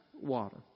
water